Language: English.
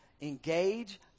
engage